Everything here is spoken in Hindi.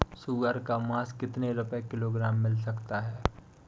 सुअर का मांस कितनी रुपय किलोग्राम मिल सकता है?